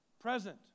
present